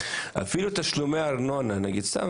לשלם, אפילו תשלומי ארנונה למשל.